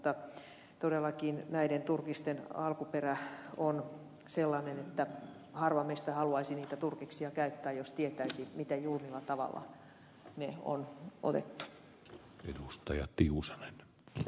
mutta todellakin näiden turkisten alkuperä on sellainen että harva meistä haluaisi niitä turkiksia käyttää jos tietäisi miten julmilla tavoilla ne on otettu